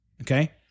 Okay